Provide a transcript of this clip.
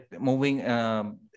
moving